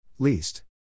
Least